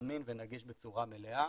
זמין ונגיש בצורה מלאה.